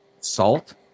Salt